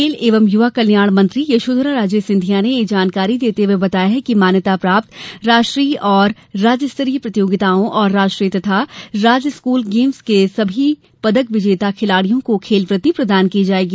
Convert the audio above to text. खेल एवं युवा कल्याण मंत्री यशोधरा राजे सिंधिया ने यह जानकारी देते हुए बताया कि मान्यता प्राप्त राष्ट्रीय और राज्य स्तरीय प्रतियोगिताओं और राष्ट्रीय तथा राज्य स्कूल गेम्स के सभी पदक विजेता खिलाड़ियों को खेलवृत्ति प्रदान की जायेगी